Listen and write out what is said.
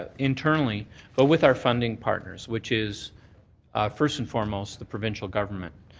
ah internally but with our funding partners which is first and foremost the provincial government.